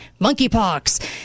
monkeypox